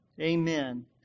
Amen